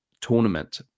Tournament